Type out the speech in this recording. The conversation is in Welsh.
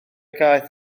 gaeth